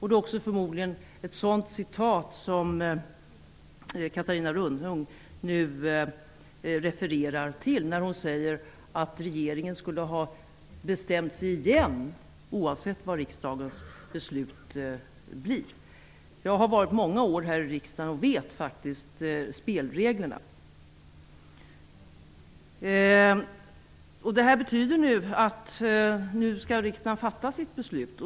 Det är också förmodligen ett citat av detta som Catarina Rönnung nu refererar till när hon säger att regeringen skulle ha bestämt sig igen oavsett vad riksdagens beslut blir. Jag har varit med många år här i riksdagen och vet faktiskt spelreglerna. Det betyder att riksdagen skall fatta sitt beslut nu.